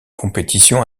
compétitions